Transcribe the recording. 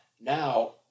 now